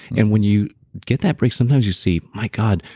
and when you get that break, sometimes you see, my god,